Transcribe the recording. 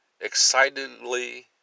excitedly